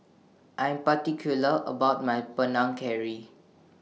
I Am particular about My Panang Curry